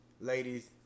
ladies